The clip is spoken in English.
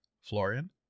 florian